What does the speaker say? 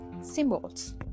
symbols